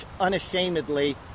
unashamedly